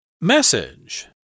Message